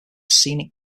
scenic